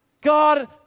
God